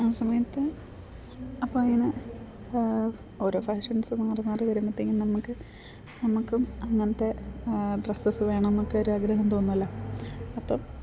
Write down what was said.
ആ സമയത്ത് അപ്പം അതിന് ഓരോ ഫാഷൻസ് മാറി മാറി വരുമ്പത്തേക്കും നമുക്ക് നമുക്കും അങ്ങനെത്തെ ഡ്രസ്സസ് വേണം എന്നൊക്കെ ഒരു ആഗ്രഹം തോന്നുമല്ലോ അപ്പം